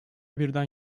birden